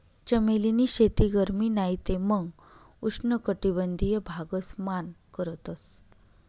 चमेली नी शेती गरमी नाही ते मंग उष्ण कटबंधिय भागस मान करतस